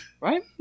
Right